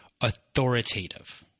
authoritative